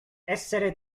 essere